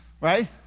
Right